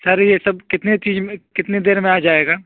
سر یہ سب کتنے چیز کتنے دیر میں آجائے گا